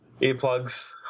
Earplugs